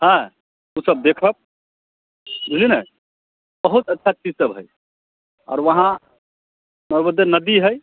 हाँ ओ सभ देखब बुझलियै ने बहुत अच्छा चीज सभ हय आओर उहाँ दय नदी हय